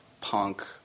punk